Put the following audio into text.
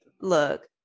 look